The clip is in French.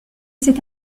c’est